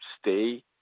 stay